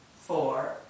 four